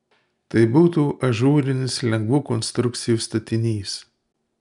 tai būtų ažūrinis lengvų konstrukcijų statinys